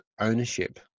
ownership